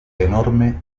enorme